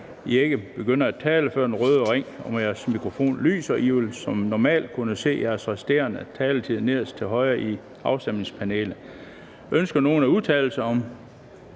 ikke begynder at tale, før den røde i ring på mikrofonen lyser. Man vil som normalt kunne se den resterende taletid nederst til højre i afstemningspanelet. Det var en meget